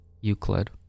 Euclid